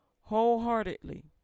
Wholeheartedly